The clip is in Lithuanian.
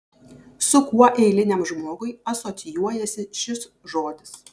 su kuo eiliniam žmogui asocijuojasi šis žodis